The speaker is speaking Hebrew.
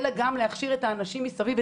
אלא גם להכשיר את האנשים מסביב,